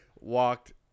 walked